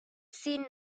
see